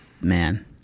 Man